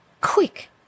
quick